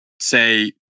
say